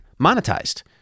monetized